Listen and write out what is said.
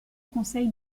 conseil